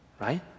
Right